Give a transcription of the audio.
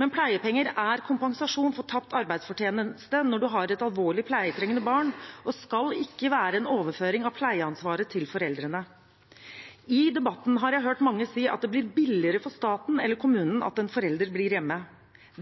Men pleiepenger er kompensasjon for tapt arbeidsfortjeneste når en har et alvorlig pleietrengende barn, og skal ikke være en overføring av pleieansvaret til foreldrene. I debatten har jeg hørt mange si at det blir billigere for staten eller kommunen at en forelder blir hjemme.